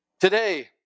Today